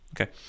Okay